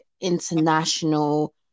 international